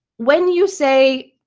when you say,